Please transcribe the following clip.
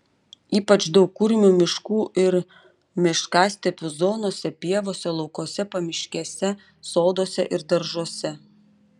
ypač daug kurmių miškų ir miškastepių zonose pievose laukuose pamiškėse soduose ir daržuose